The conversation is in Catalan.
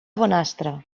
bonastre